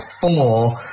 four